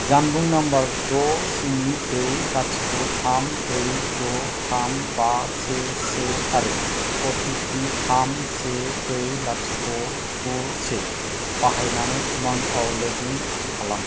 जानबुं नाम्बार द' स्नि ब्रै लाथिख' थाम ब्रै द' थाम बा से से आरो अ टि पि थाम से ब्रै लाथिख' गु से बाहायनानै उमांयाव लग इन खालाम